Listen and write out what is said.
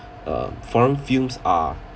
um foreign films are